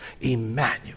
Emmanuel